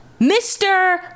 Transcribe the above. Mr